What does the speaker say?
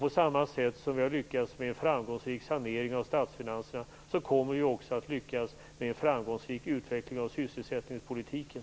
På samma sätt som vi har lyckats med en framgångsrik sanering av statsfinanserna kommer vi också att lyckas med en framgångsrik utveckling av sysselsättningspolitiken.